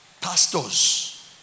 Pastors